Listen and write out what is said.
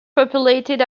populated